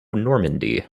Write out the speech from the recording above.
normandy